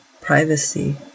privacy